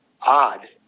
odd